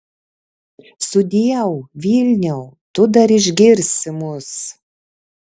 sudieu vilniau tu dar išgirsi mus